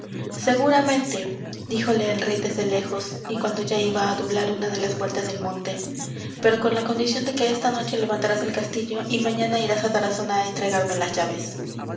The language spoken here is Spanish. nuevo seguramente díjole el rey desde lejos y cuando ya iba á doblar una de las vueltas del monte pero con la condición de que esta noche levantarás el castillo y mañana irás á tarazona á entregarme las llaves